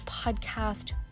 podcast